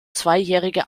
zweijährige